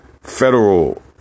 federal